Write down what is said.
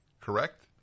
correct